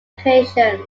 occasions